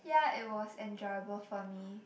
ya it was enjoyable for me